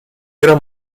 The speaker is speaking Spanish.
era